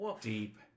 Deep